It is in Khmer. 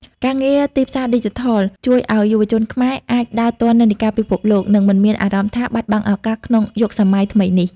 ការងារទីផ្សារឌីជីថលជួយឱ្យយុវជនខ្មែរអាចដើរទាន់និន្នាការពិភពលោក និងមិនមានអារម្មណ៍ថាបាត់បង់ឱកាសក្នុងយុគសម័យថ្មីនេះ។